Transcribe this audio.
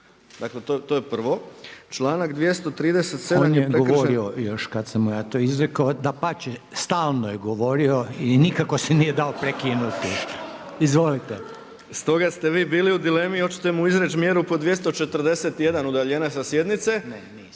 Dakle to je prvo. **Reiner, Željko (HDZ)** On je govorio još kad sam mu ja to izrekao, dapače stalno je govorio i nikako se nije dao prekinuti. Izvolite. **Bauk, Arsen (SDP)** Stoge ste vi bili u dilemi oćete mu izreći mjeru po 241. udaljenje sa sjednice, znači